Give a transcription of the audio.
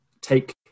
take